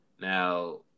Now